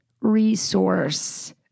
resource